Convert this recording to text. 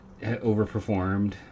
overperformed